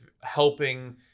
helping